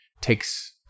takes